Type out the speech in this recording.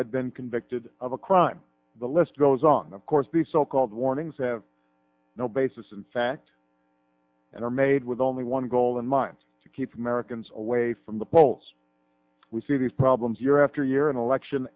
had been convicted of a crime the list goes on and of course the so called warnings have no basis in fact and are made with only one goal in mind to keep americans away from the polls we see these problems year after year in election